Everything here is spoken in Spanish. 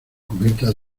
cubierta